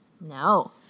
no